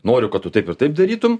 noriu kad tu taip ir taip darytum